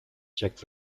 check